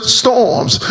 storms